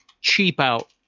cheap-out